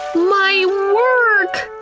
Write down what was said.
my work!